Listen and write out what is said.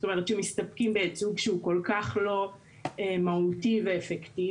זאת אומרת שמסתפקים בייצוג שהוא כל כך לא מהותי ואפקטיבי.